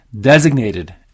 designated